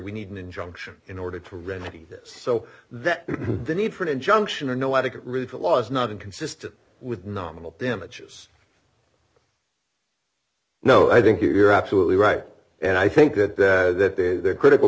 we need an injunction in order to remedy this so that the need for an injunction or no etiquette really for law is not inconsistent with nominal damages no i think you're absolutely right and i think that that the critical